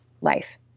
life